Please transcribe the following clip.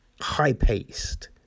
high-paced